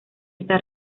está